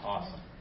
Awesome